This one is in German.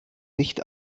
licht